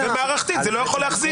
מבנית ומערכתית זה לא יכול להחזיק.